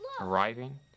arriving